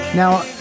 Now